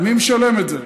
מי משלם את זה?